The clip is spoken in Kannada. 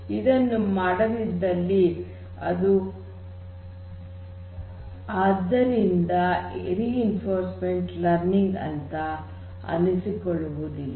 ಇದನ್ನು ಮಾಡದಿದ್ದಲ್ಲಿ ಅದು ರಿಇನ್ಫೋರ್ಸ್ಮೆಂಟ್ ಲರ್ನಿಂಗ್ ಅಂತ ಅನ್ನಿಸಿಕೊಳ್ಳುವುದಿಲ್ಲ